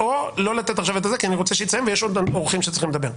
או לא עכשיו כי אני רוצה שהיא תסיים ויש עוד אורחים שצריכים לדבר.